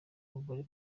abagore